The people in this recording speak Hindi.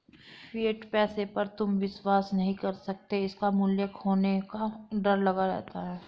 फिएट पैसे पर तुम विश्वास नहीं कर सकते इसका मूल्य खोने का डर लगा रहता है